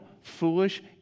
foolish